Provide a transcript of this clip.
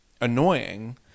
annoying